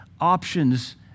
options